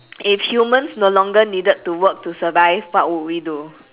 if humans no longer needed to work to survive what would we do